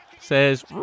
says